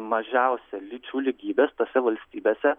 mažiausia lyčių lygybės tose valstybėse